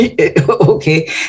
Okay